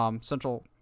Central